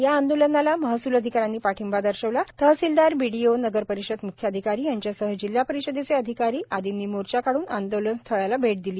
या आंदोलनाला महसूल अधिकाऱ्यांनी पाठिंबा दर्शविला तहसीलदार बीडीओ नगर परिषद मुख्याधिकारी यांच्यासह जिल्हा परिषदेचे अधिकारी आदींनी मोर्चा काढून आंदोलन स्थळी भेट दिली